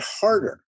harder